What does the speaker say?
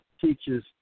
teaches